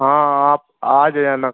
हाँ आप आ जाना